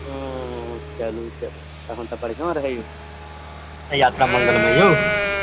ओऽ चलु चलु तखन तऽ बढिआँ रहय यौ यात्रा मंगलमय हो